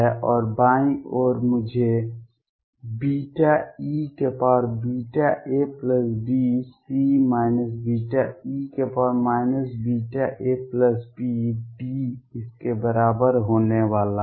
और बाईं ओर मुझे eabC βe βabD इसके बराबर होने वाला है